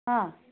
ꯑꯥ